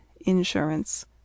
Insurance